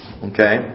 Okay